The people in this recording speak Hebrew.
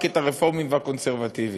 רק את הרפורמים והקונסרבטיבים,